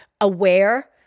aware